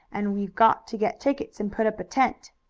and we've got to get tickets, and put up a tent.